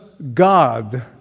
God